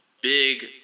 big